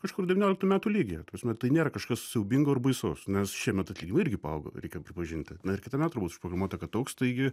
kažkur devynioliktų metų lygyje ta prasme tai nėra kažkas siaubingo ir baisaus nes šiemet atlyginimai irgi paaugo reikia pripažinti na ir kitąmet turbūt užprogramuota kad augs taigi